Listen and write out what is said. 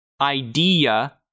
idea